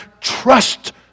Trust